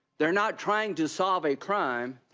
they are not trying to solve a crime,